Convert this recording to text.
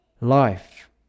life